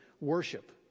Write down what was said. worship